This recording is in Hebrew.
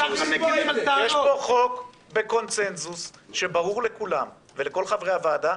יש פה חוק בקונצנזוס שברור לכולם ולכול חברי הוועדה,